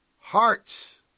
Hearts